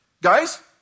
Guys